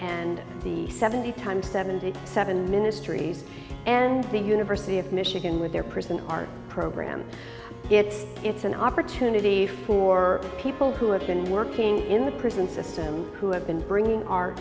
and the seventy time seventy seven ministries and the university of michigan with their prison art program it's it's an opportunity for people who have been working in the prison system who have been bringing